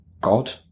god